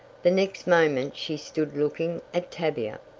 the next moment she stood looking at tavia!